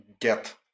get